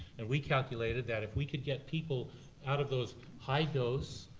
and we calculated that if we could get people out of those high-dose,